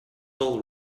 all